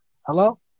Hello